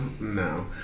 no